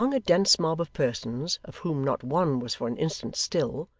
among a dense mob of persons, of whom not one was for an instant still,